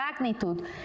magnitude